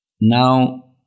Now